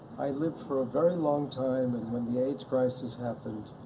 i lived for a very long time and when the aids crisis happened,